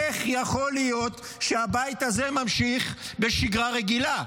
איך יכול להיות שהבית הזה ממשיך בשגרה רגילה?